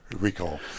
recall